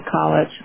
college